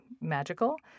magical